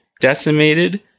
decimated